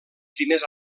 primers